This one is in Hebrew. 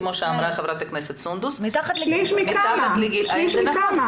כפי שאמרה ח"כ סונדוס --- שליש מכמה?